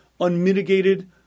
unmitigated